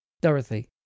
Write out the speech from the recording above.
Dorothy